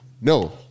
No